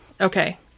Okay